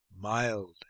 mild